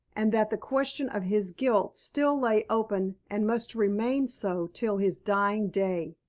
and that the question of his guilt still lay open and must remain so till his dying day.